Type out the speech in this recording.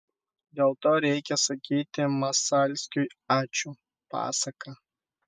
dėl to reikia sakyti masalskiui ačiū pasaka